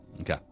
Okay